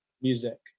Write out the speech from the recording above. music